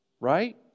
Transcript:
right